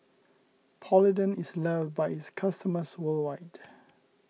Polident is loved by its customers worldwide